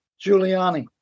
Giuliani